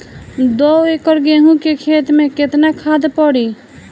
दो एकड़ गेहूँ के खेत मे केतना खाद पड़ी?